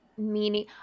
meaning